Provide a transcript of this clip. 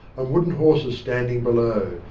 and wooden horses standing below,